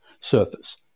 surface